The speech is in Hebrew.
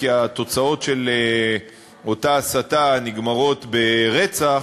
כי התוצאות של אותה הסתה נגמרות ברצח.